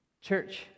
Church